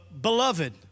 beloved